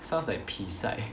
sounds like pi sai